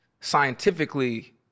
scientifically